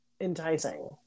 enticing